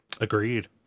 Agreed